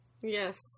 Yes